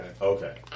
okay